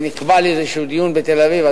ונקבע לי איזה דיון בתל-אביב.